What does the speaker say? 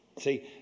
See